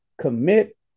commit